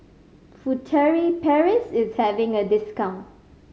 Furtere Paris is having a discount